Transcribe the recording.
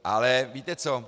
Ale víte co?